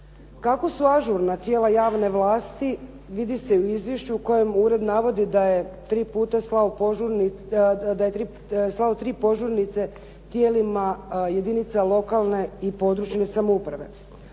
Kako su ažurna tijela javne vlasti vidi se u izvješću u kojem ured navodi da je slao tri požurnice tijelima jedinica lokalne i područne samouprave.